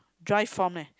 dry form leh